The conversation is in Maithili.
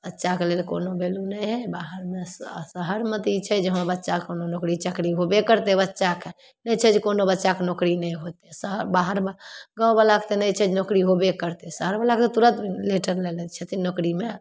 बच्चाके लेल कोनो वैल्यू नहि हइ बाहरमे से आओर शहरमे तऽ ई छै हँ बच्चा कोनो नोकरी चाकरी होबे करतै बच्चाके नहि छै जे कोनो बच्चाके नोकरी नहि होइ छै बाहरमे गामवलाके तऽ नहि छै जे नोकरी होबे करतै शहरवलाके तऽ तुरन्त लेटर लऽ लै छथिन नोकरीमे